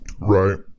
right